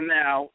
now